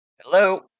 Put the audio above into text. Hello